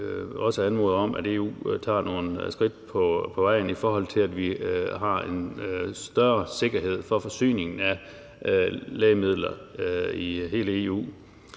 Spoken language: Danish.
anmode om, at EU tager nogle skridt, i forhold til at vi har en større sikkerhed for forsyningen af lægemidler i hele EU.